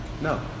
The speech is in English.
No